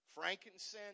Frankincense